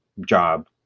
job